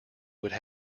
would